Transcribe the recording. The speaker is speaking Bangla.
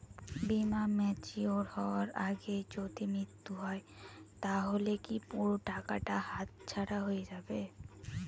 বীমা ম্যাচিওর হয়ার আগেই যদি মৃত্যু হয় তাহলে কি পুরো টাকাটা হাতছাড়া হয়ে যাবে?